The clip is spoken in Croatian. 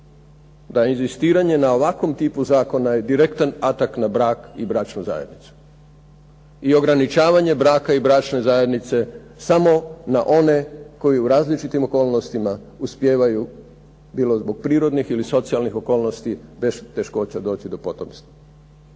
da inzistiranje na ovakvom tipu Zakona je direktan atak na brak i bračnu zajednicu. I ograničavanje braka i bračne zajednice samo na one koje u različitim okolnostima uspijevaju, bilo zbog prirodnih ili socijalnih okolnosti bez teškoća doći do potomstva,